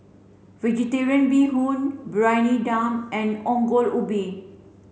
vegetarian Bee Hoon Briyani Dum and Ongol Ubi